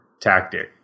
tactic